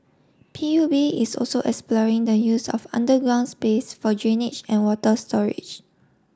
P U B is also exploring the use of underground space for drainage and water storage